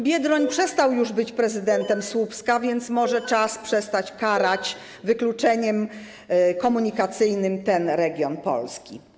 Biedroń przestał już być prezydentem Słupska, więc może czas przestać karać wykluczeniem komunikacyjnym ten region Polski.